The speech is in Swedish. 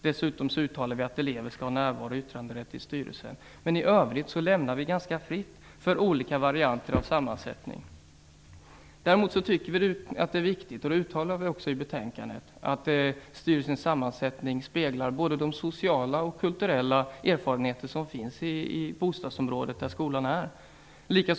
Dessutom uttalar vi att elever skall ha närvaro och yttranderätt i styrelserna. Men i övrigt lämnar vi ganska fritt för olika varianter av sammansättningar. Däremot tycker vi att det är viktigt att styrelsens sammansättning speglar både de sociala och kulturella erfarenheter som finns i bostadsområdet runt skolan. Detta uttalar vi också i betänkandet.